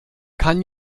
kann